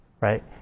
Right